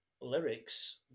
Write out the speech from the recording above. lyrics